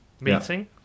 meeting